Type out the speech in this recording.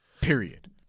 Period